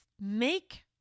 make